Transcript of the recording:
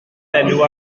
enw